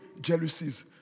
jealousies